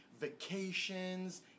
vacations